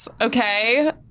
okay